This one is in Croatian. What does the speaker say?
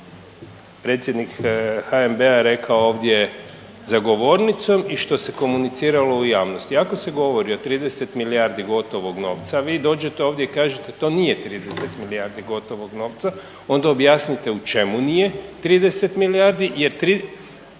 što je predsjednik HNB-a rekao ovdje za govornicom i što se komuniciralo u javnosti. Ako se govori o 30 milijardi gotovog novca, a vi dođete ovdje i kažete to nije 30 milijardi gotovog novca onda objasnite u čemu nije 30 milijardi jer